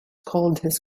captors